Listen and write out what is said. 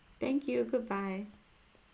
thank you goodbye